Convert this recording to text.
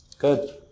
Good